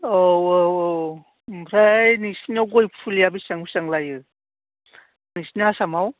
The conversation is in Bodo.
औ औ औ ओमफ्राय नोंसोरनियाव गय फुलिया बेसेबां बेसेबां लायो नोंसोरनि आसामाव